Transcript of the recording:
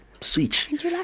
switch